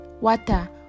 water